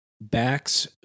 backs